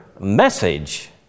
message